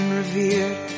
revered